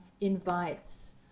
invites